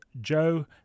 Joe